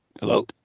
Hello